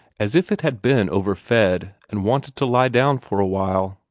as if it had been overfed and wanted to lie down for awhile.